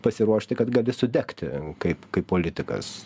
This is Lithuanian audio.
pasiruošti kad gali sudegti kaip kaip politikas